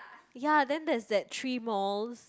ya then there's that three malls